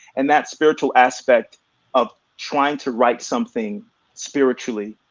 and that spiritual aspect of trying to write something spiritually